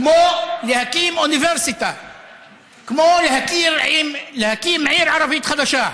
כמו להקים אוניברסיטה, כמו להקים עיר ערבית חדשה,